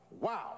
Wow